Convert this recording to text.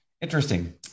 interesting